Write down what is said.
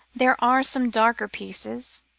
there are some darker pieces,